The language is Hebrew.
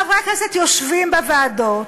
חברי הכנסת יושבים בוועדות,